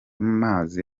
mazi